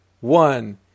one